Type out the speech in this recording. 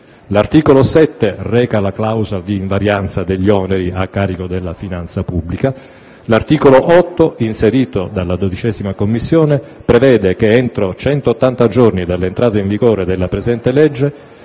L'articolo 7 reca la clausola di invarianza degli oneri a carico della finanza pubblica. L'articolo 8, inserito dalla 12a Commissione, prevede che, entro 180 giorni dall'entrata in vigore della presente legge,